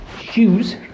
shoes